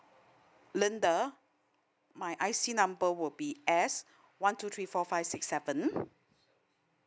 linda my I_C number will be S one two three four five six seven